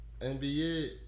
NBA